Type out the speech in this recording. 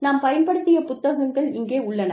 நான் பயன்படுத்திய புத்தகங்கள் இங்கே உள்ளன